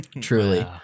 truly